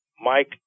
Mike